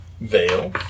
Veil